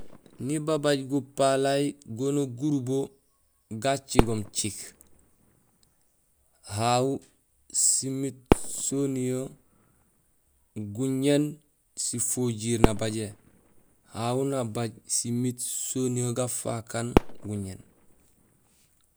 Nibabay gupalay goniyee gurubo ga cigoom ciik, hahu simiit soniyee guñéén sifojiir nabajé, ahu nabaaj simiit soniyee gafakaan guñéén